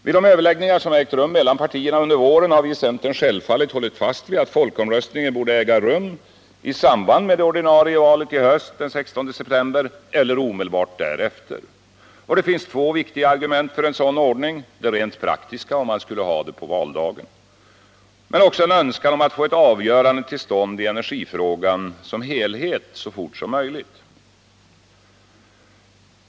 Vid de överläggningar som ägt rum mellan partierna under våren har vi i centern självfallet hållit fast vid att folkomröstningen borde äga rum i samband med det ordinarie valet i höst, den 16 september, eller omedelbart därefter. Det finns två viktiga argument för en sådan ordning — det rent praktiska att man skulle ha omröstningen på valdagen och önskan att få ett avgörande till stånd i energifrågan som helhet så fort som möjligt.